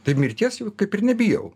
tai mirties jau kaip ir nebijau